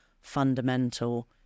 fundamental